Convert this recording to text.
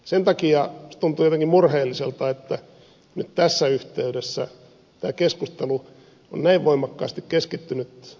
sen takia minusta tuntuu jotenkin murheelliselta että nyt tässä yhteydessä tämä keskustelu on näin voimakkaasti keskittynyt näihin voimalaitoskiinteistöveroihin